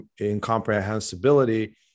incomprehensibility